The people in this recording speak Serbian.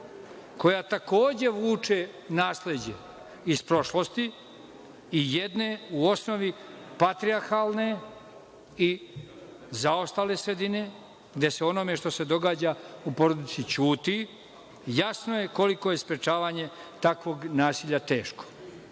koja, takođe, vuče nasleđe iz prošlosti i jedne u osnovi patrijahalne i zaostale sredine, gde se o onome što se događa u porodici ćuti, jasno je koliko je sprečavanje takvog nasilja teško.